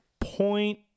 point